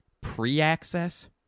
pre-access